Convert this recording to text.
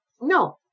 No